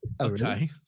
okay